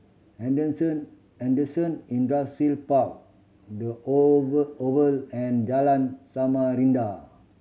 Henderson Henderson Industrial Park The Oval Oval and Jalan Samarinda